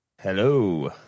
Hello